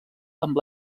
amb